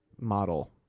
model